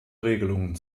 regelungen